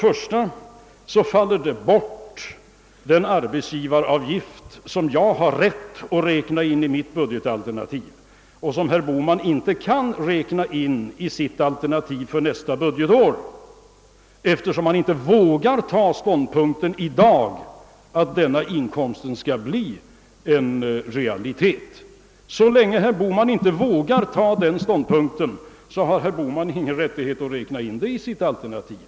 I högerns budgetalternativ bortfaller den arbetsgivaravgift, som jag har rätt att räkna in i mitt budgetalternativ men som herr Bohman inte kan räkna in i sitt alternativ för nästa budgetår, eftersom han inte i dag vågar inta den ståndpunkten att denna inkomst skall bli en realitet. Så länge herr Bohman inte vågar ta ståndpunkt har herr Bohman inte rättighet att räkna in avgiften i sitt alternativ.